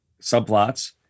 subplots